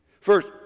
First